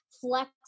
flex